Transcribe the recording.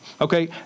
Okay